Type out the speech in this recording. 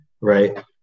right